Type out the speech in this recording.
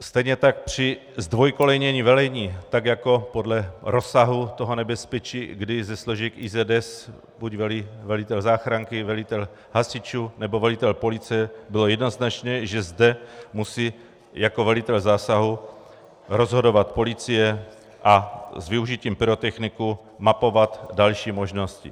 Stejně tak při zdvojkolejnění velení, tak jako podle rozsahu nebezpečí, kdy ze složek IZS buď velí velitel záchranky, velitel hasičů, nebo velitel policie, bylo jednoznačné, že zde musí jako velitel zásahu rozhodovat policie a s využitím pyrotechniků mapovat další možnosti.